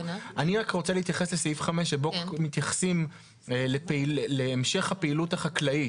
אני רק רוצה להתייחס לסעיף 5 שבו מתייחסים להמשך הפעילות החקלאית.